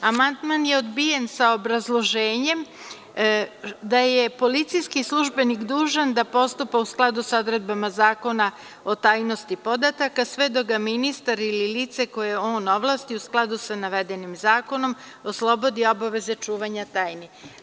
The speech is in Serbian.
Amandman je odbijen sa obrazloženjem da je policijski službenik dužan da postupa u skladu sa odredbama Zakona o tajnosti podataka sve dok ga ministar ili lice koje on ovlasti, u skladu sa navedenim zakonom, oslobodi obaveze čuvanja tajni.